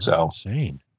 Insane